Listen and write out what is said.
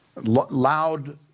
loud